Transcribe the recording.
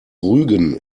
rügen